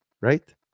Right